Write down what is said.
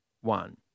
one